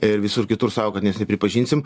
ir visur kitur sako kad mes nepripažinsim